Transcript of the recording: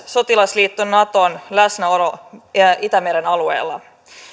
sotilasliitto naton läsnäolo itämeren alueella